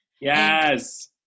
Yes